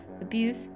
abuse